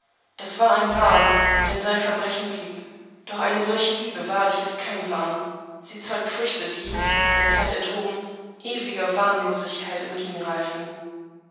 das war ein wahn denn sein verbrechen blieb doch eine solche liebe wahrlich ist kein wahn sie zeugt früchte die der zeit enthoben ewiger